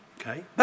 Okay